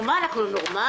מה, אנחנו נורמליים?